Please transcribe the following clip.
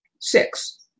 Six